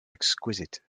exquisite